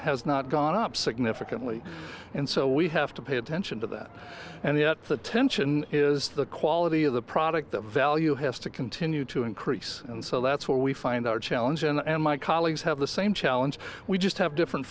has not gone up significantly and so we have to pay attention to that and yet the tension is the quality of the product the value has to continue to increase and so that's where we find our challenge and my colleagues have the same well and we just have different